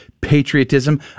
patriotism